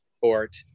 court